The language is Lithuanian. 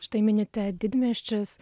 štai minite didmiesčius